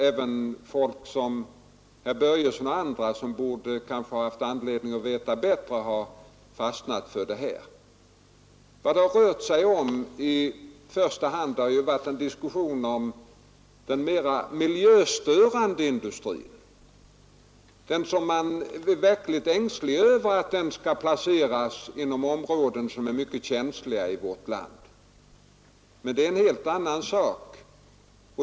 Även herr Börjesson och andra, som borde ha haft anledning att veta bättre, har fastnat för pressuppgifterna. Det har i första hand varit en diskussion om de mera miljöförstörande industrierna, som man är verkligt ängslig för att de skall placeras inom områden i vårt land som är mycket känsliga. Men det är en helt annan sak.